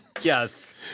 Yes